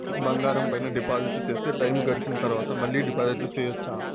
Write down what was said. బంగారం పైన డిపాజిట్లు సేస్తే, టైము గడిసిన తరవాత, మళ్ళీ డిపాజిట్లు సెయొచ్చా?